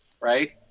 right